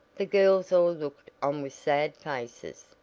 the girls all looked on with sad faces.